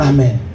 Amen